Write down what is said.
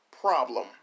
problem